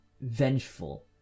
vengeful